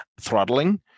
throttling